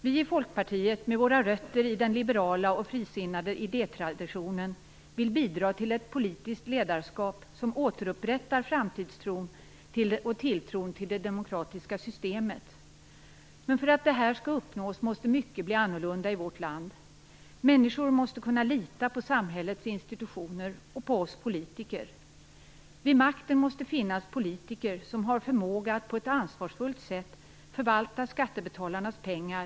Vi i Folkpartiet, med rötter i den liberala och frisinnade idétraditionen, vill bidra till ett politiskt ledarskap som återupprättar framtidstron och tilltron till det demokratiska systemet. Men för att detta skall kunna uppnås måste mycket bli annorlunda i vårt land. Människor måste kunna lita på samhällets institutioner och på oss politiker. Vid makten måste finnas politiker som har förmåga att på ett ansvarsfullt sätt förvalta skattebetalarnas pengar.